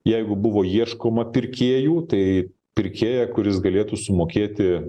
jeigu buvo ieškoma pirkėjų tai pirkėją kuris galėtų sumokėti